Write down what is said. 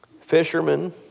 fishermen